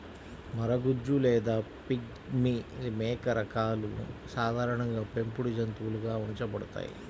మరగుజ్జు లేదా పిగ్మీ మేక రకాలు సాధారణంగా పెంపుడు జంతువులుగా ఉంచబడతాయి